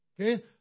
Okay